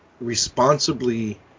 responsibly